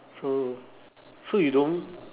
so so you don't